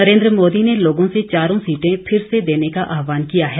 नरेंद्र मोदी ने लोगों से चारों सीटें फिर से देने का आह्वान किया है